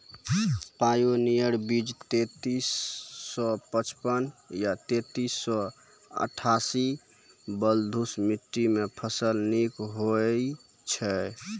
Pioneer बीज तेंतीस सौ पचपन या तेंतीस सौ अट्ठासी बलधुस मिट्टी मे फसल निक होई छै?